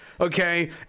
Okay